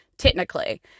technically